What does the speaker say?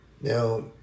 Now